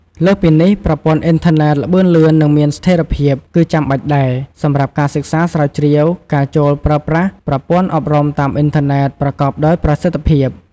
លើសពីនេះ ប្រព័ន្ធអ៊ីនធឺណិត ល្បឿនលឿន និងមានស្ថេរភាព គឺចាំបាច់ដែរ សម្រាប់ការសិក្សាស្រាវជ្រាវ ការចូលប្រើប្រាស់ប្រព័ន្ធអប់រំតាមអ៊ីនធឺណិត ប្រកបដោយប្រសិទ្ធភាព។